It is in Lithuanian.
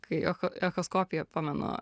kai echoskopiją pamenu